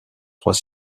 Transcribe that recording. trois